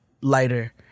lighter